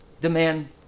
demand